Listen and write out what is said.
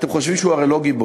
אתם הרי חושבים שהוא לא גיבור.